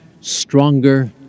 stronger